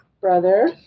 Brother